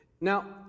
Now